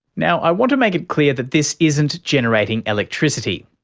now, i want to make it clear that this isn't generating electricity.